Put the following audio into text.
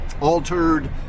altered